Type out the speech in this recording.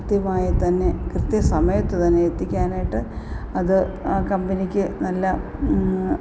കൃത്യമായി തന്നെ കൃത്യസമയത്ത് തന്നെ എത്തിക്കാനായിട്ട് അത് ആ കമ്പനിക്ക് നല്ല